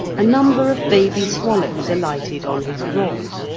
a number of baby swallows alighted on his rod.